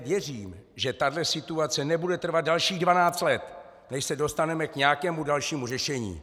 Věřím, že tahle situace nebude trvat dalších dvanáct let, než se dostaneme k nějakému dalšímu řešení.